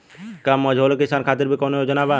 का मझोले किसान खातिर भी कौनो योजना बा?